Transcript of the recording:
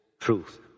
truth